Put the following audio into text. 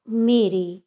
ਮੇਰੇ